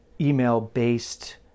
email-based